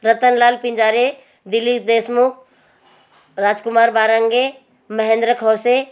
रतन लाल पिन्जारे दिलीप देशमुख राजकुमार बारंगे महेंद्र खौसे